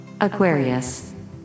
Aquarius